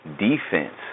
defense